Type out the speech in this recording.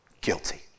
guilty